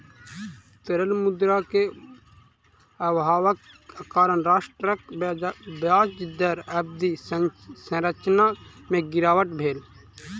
तरल मुद्रा के अभावक कारण राष्ट्रक ब्याज दर अवधि संरचना में गिरावट भेल